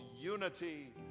unity